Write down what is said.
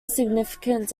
significant